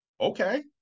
Okay